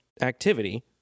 activity